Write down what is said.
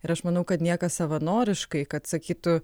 ir aš manau kad niekas savanoriškai kad sakytų